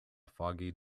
foggy